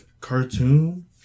cartoon